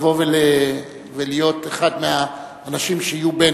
לבוא ולהיות אחד מהאנשים שיהיו בין,